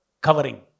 covering